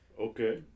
Okay